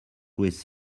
louis